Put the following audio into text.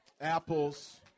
apples